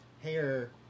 hair